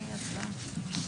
אני קובעת שההסתייגות לא עברה.